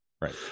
Right